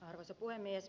arvoisa puhemies